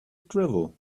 drivel